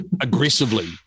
aggressively